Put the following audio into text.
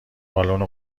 بالن